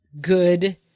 good